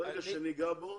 ברגע שניגע בו,